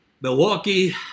Milwaukee